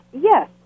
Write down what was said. Yes